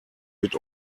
mit